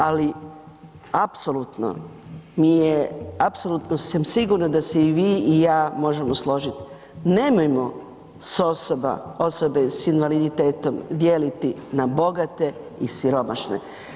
Ali, apsolutno mi je, apsolutno sam sigurna da se i vi i ja možemo složiti, nemojmo osobe s invaliditetom dijeliti na bogate i siromašne.